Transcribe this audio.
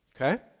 okay